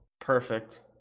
Perfect